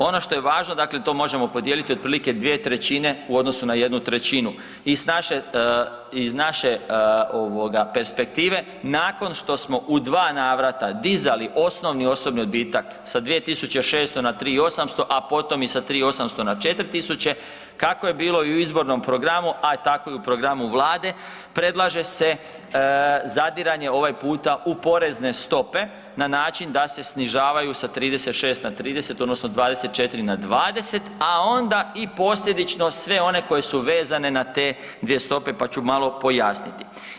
Ono što je važno dakle to možemo podijeliti otprilike 2/3 u odnosu na 1/3 iz naše ovoga perspektive nakon što smo u dva navrata dizali osnovni osobni odbitak sa 2.600 na 3.800, a potom i sa 3.800 na 4.000 kako je bilo i u izbornom programu, a tako i u programu Vlade predlaže se zadiranje ovog puta u porezne stope na način da se snižavaju sa 36 na 30 odnosno 24 na 20, a onda i posljedično sve one koje su vezane na te dvije stope pa ću malo pojasniti.